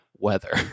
weather